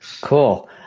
Cool